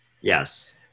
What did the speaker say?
Yes